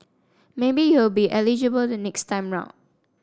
maybe you will be eligible the next time round